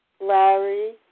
Larry